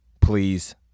Please